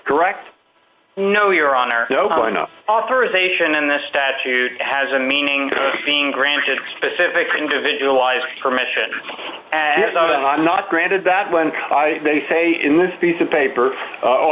correct no your honor no no authorization and the statute has a meaning being granted specifically individualized permission and not granted that when they say in this piece of paper o